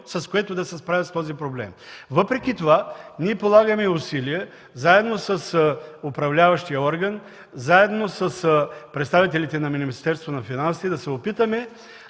с което да се справят с този проблем. Въпреки това ние полагаме усилия заедно с управляващия орган, заедно с представителите на Министерството на финансите да се опитаме